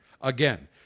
Again